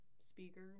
Speaker